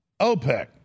OPEC